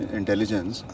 intelligence